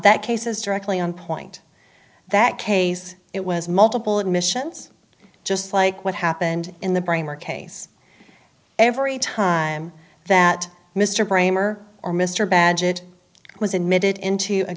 that cases directly on point that case it was multiple admissions just like what happened in the brain where case every time that mr brymer or mr badgett was admitted into a